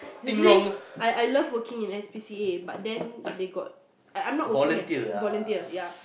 usually I I love working in S_P_C_A but then they got I I'm not working there volunteer ya